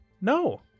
no